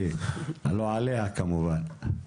לא עליה כמובן.